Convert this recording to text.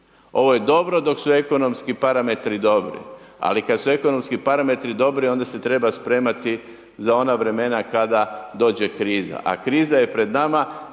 Ovo je dobro dok su ekonomski parametri dobri, ali kad su ekonomski parametri dobri, onda se treba spremati za ona vremena kada dođe kriza. A kriza je pred nama